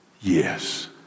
Yes